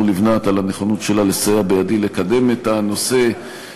לבנת על נכונותה לסייע בידי לקדם את הנושא,